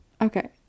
okay